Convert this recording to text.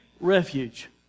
refuge